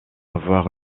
avoir